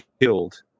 killed